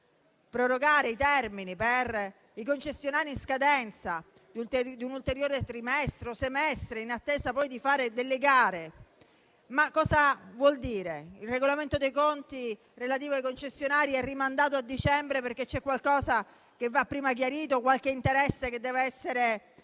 Prorogare i termini per i concessionari in scadenza di un ulteriore trimestre o semestre, in attesa poi di fare delle gare, cosa vuol dire? Che il regolamento dei conti relativo ai concessionari è rimandato a dicembre, perché prima c'è qualcosa che va chiarito o qualche interesse che dev'essere